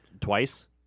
Twice